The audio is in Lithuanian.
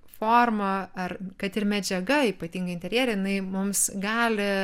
forma ar kad ir medžiaga ypatingai interjere jinai mums gali